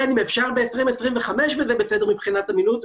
אם אפשר ב-2025 מבחינת אמינות,